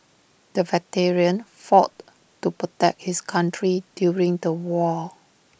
the veteran fought to protect his country during the war